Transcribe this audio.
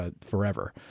forever